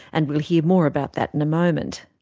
and we'll hear more about that in a moment.